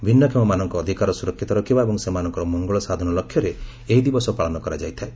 ଭିନ୍ନକ୍ଷମମାନଙ୍କ ଅଧିକାର ସୁରକ୍ଷିତ ରଖିବା ଏବଂ ସେମାନଙ୍କର ମଙ୍ଗଳ ସାଧନ ଲକ୍ଷ୍ୟରେ ଏହି ଦିବସ ପାଳନ କରାଯାଇଥାଏ